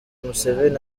museveni